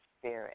spirit